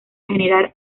generar